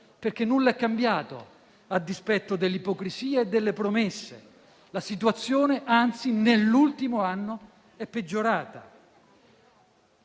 perché nulla è cambiato, a dispetto dell'ipocrisia e delle promesse. La situazione, anzi, nell'ultimo anno è peggiorata.